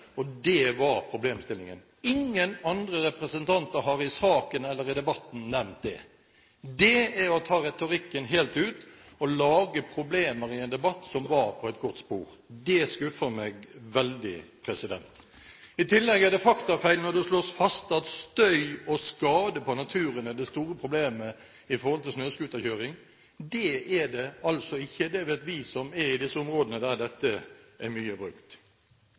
– det var problemstillingen. Ingen andre representanter har i forbindelse med saken eller i debatten nevnt det. Det er å ta retorikken helt ut og lage problemer i en debatt som var på et godt spor. Det skuffer meg veldig. I tillegg er det faktafeil når det slås fast at støy og skade på naturen er det store problemet ved snøscooterkjøring. Det er det altså ikke – det vet vi som er i de områdene der det er mye brukt.